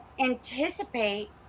anticipate